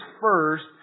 first